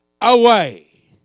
away